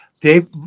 Dave